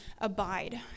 abide